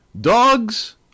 Dogs